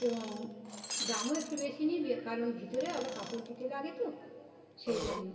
এবং দামও একটু বেশি নিই বে কারণ ভিতরে আবার কাপড় দিতে লাগে তো সেই জন্য